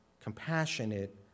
compassionate